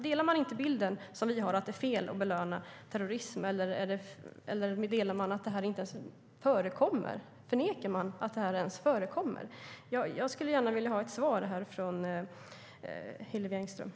Delar man inte bilden som vi har att det är fel att belöna terrorism, eller förnekar man att det ens förekommer? Jag skulle gärna vilja ha ett svar från Hillevi Engström.